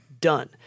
done